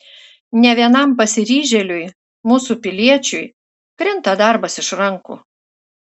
ne vienam pasiryžėliui mūsų piliečiui krinta darbas iš rankų